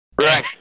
right